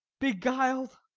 beguil'd,